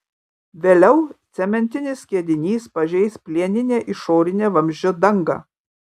vėliau cementinis skiedinys pažeis plieninę išorinę vamzdžio dangą